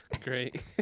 Great